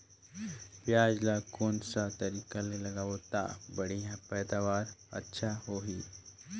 पियाज ला कोन सा तरीका ले लगाबो ता बढ़िया पैदावार अच्छा होही?